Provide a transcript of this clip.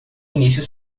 início